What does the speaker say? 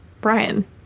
Brian